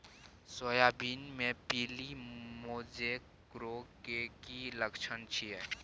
Soybean मे पीली mosaic रोग के की लक्षण छीये?